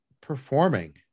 performing